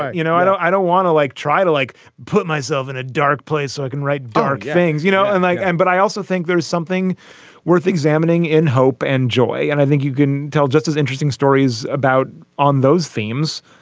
you know, i don't i don't want to, like, try to, like, put myself in a dark place so i can write dark things, you know? and i am but i also think there's something worth examining in hope and joy. and i think you can tell just as interesting stories about on those themes.